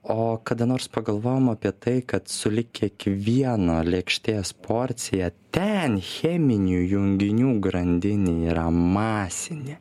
o kada nors pagalvojom apie tai kad sulig kiekviena lėkštės porcija ten cheminių junginių grandinė yra masinė